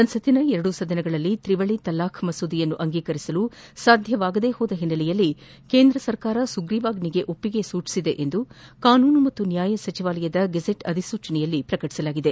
ಸಂಸತ್ತಿನ ಎರಡೂ ಸದನಗಳಲ್ಲಿ ತ್ರಿವಳಿ ತಲಾಖ್ ಮಸೂದೆಯನ್ನು ಅಂಗೀಕರಿಸಲು ಸಾಧ್ಯವಾಗದ ಹಿನ್ನೆಲೆಯಲ್ಲಿ ಕೇಂದ್ರ ಸರ್ಕಾರ ಸುಗ್ರೀವಾಜ್ವಿಗೆ ಒಪ್ಪಿಗೆ ಸೂಚಿಸಿದೆ ಎಂದು ಕಾನೂನು ಮತ್ತು ನ್ನಾಯ ಸಚಿವಾಲಯದ ಗೆಜೆಟ್ ಅಧಿಸೂಚನೆಯಲ್ಲಿ ಪ್ರಕಟಿಸಲಾಗಿದೆ